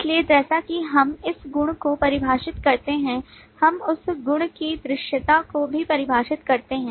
इसलिए जैसा कि हम उस गुण को परिभाषित करते हैं हम उस गुणकी दृश्यता को भी परिभाषित करते हैं